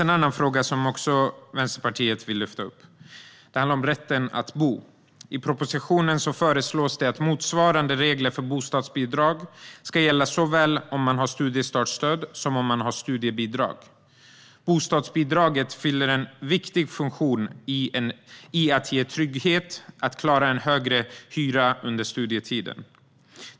En annan fråga som Vänsterpartiet vill lyfta upp handlar om rätten att bo. I propositionen föreslås att motsvarande regler för bostadsbidrag ska gälla såväl om man har studiestartsstöd som om man har studiebidrag. Bostadsbidraget fyller en viktig funktion i att ge tryggheten att man klarar en högre hyra under studietiden.